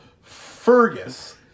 Fergus